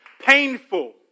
painful